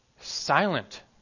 silent